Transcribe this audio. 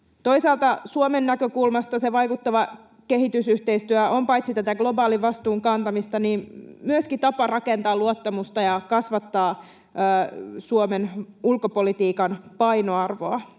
Toisaalta Suomen näkökulmasta vaikuttava kehitysyhteistyö on paitsi globaalin vastuun kantamista myöskin tapa rakentaa luottamusta ja kasvattaa Suomen ulkopolitiikan painoarvoa.